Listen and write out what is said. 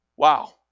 Wow